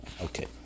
Okay